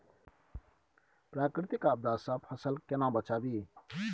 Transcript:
प्राकृतिक आपदा सं फसल केना बचावी?